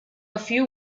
few